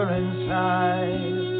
inside